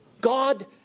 God